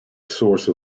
source